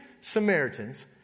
Samaritans